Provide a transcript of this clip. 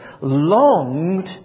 longed